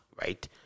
right